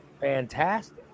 fantastic